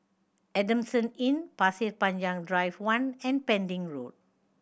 Adamson Inn Pasir Panjang Drive One and Pending Road